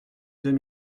deux